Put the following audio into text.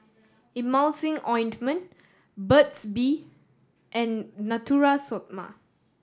Emulsying Ointment Burt's Bee and Natura Stoma